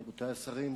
רבותי השרים,